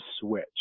switch